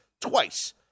twice